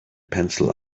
pencil